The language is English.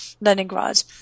Leningrad